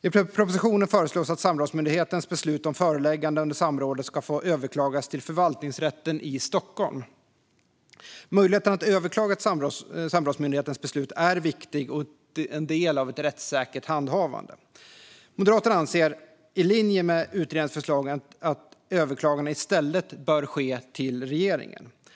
I propositionen föreslås att samrådsmyndighetens beslut om föreläggande under samrådet ska få överklagas till Förvaltningsrätten i Stockholm. Möjligheten att överklaga samrådsmyndighetens beslut är viktig och en del av ett rättssäkert handhavande. Moderaterna anser, i linje med utredningens förslag, att överklaganden i stället bör ske till regeringen.